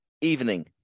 evening